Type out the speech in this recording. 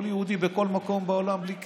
כל יהודי בכל מקום בעולם בלי קשר,